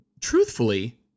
Truthfully